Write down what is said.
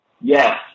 Yes